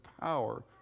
power